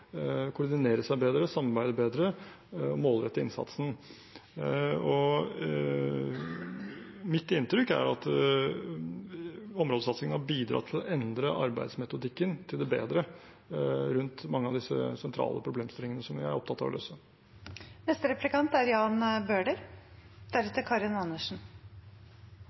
koordinere seg bedre, samarbeide bedre og målrette innsatsen. Mitt inntrykk er at områdesatsingen har bidratt til å endre arbeidsmetodikken til det bedre rundt mange av disse sentrale problemstillingene, som vi er opptatt av å